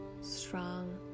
strong